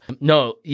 No